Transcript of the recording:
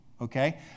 okay